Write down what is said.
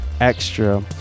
extra